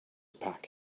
pack